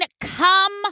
come